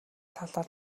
талаар